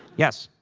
yes.